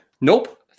Nope